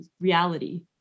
reality